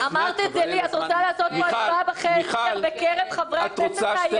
את רוצה לראות מי בקרב חברי הכנסת מהימין,